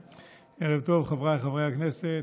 ערב טוב, חבריי חברי הכנסת,